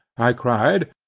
i cried,